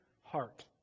heart